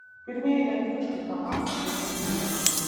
pirmieji lietuviški kamaz riedės į lenkiją